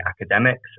academics